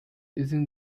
isn’t